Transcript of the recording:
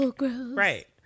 right